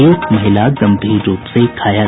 एक महिला गम्भीर रूप से घायल